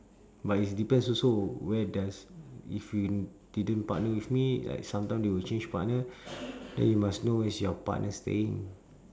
but it's depends also where does if you didn't partner with me like sometime they will change partner then you must know where's your partner staying